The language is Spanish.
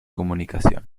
comunicación